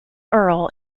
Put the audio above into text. earle